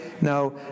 No